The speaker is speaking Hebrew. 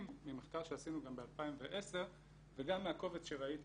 ממחקר שעשינו גם ב-2010 וגם מהקובץ שראיתי